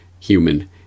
human